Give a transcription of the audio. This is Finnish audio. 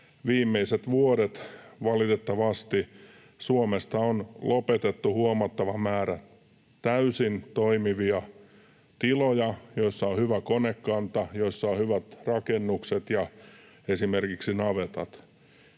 viimeiset vuodet valitettavasti Suomesta on lopetettu huomattava määrä täysin toimivia tiloja, joissa on hyvä konekanta ja joissa on hyvät rakennukset, esimerkiksi navetat,